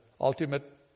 ultimate